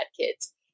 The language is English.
kids